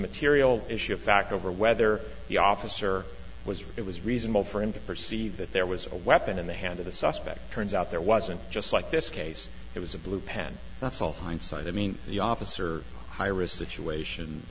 material issue of fact over whether the officer was it was reasonable for him to perceive that there was a weapon in the hand of the suspect turns out there wasn't just like this case it was a blue pen that's all hindsight i mean the officer hire a situation